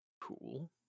Cool